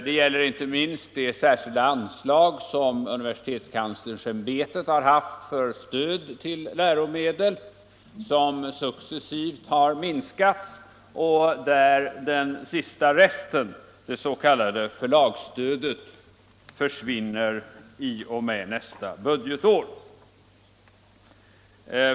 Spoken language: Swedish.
Det gäller inte minst de särskilda anslag som universitetskanslersämbetet har haft för stöd till läromedel, som successivt har minskat, och där den sista resten, det s.k. förlagsstödet, försvinner i och med nästa budgetår.